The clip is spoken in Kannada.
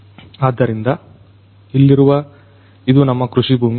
ಆದ್ದರಿಂದ ಇಲ್ಲಿರುವ ಇದು ನಮ್ಮ ಕೃಷಿ ಭೂಮಿ